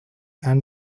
and